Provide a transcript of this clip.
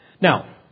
Now